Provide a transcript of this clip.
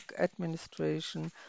Administration